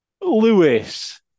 Lewis